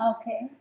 okay